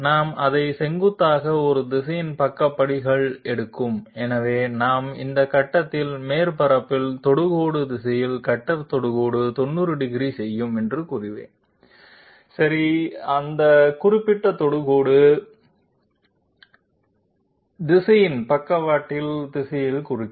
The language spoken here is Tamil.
நாம் அதை செங்குத்தாக ஒரு திசையில் பக்க படிகள் எடுக்கும்எனவே நாம் இந்த கட்டத்தில் மேற்பரப்பில் தொடுகோடு திசையில் கட்டர் தொடுகோடு 90 டிகிரி செய்யும் என்று கூறுவேன் சரி அந்த குறிப்பிட்ட தொடுகோடு திசையில் பக்கவாட்டில் திசையில் குறிக்கும்